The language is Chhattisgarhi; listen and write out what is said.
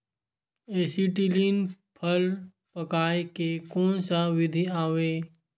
एसीटिलीन फल पकाय के कोन सा विधि आवे?